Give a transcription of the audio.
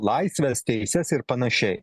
laisves teises ir panašiai